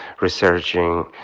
researching